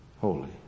holy